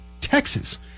Texas